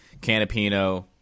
Canapino